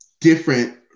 different